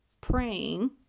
praying